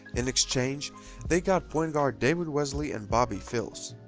in exchange they got point-guard david wesley and bobby phills.